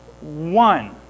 one